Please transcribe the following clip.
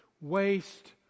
waste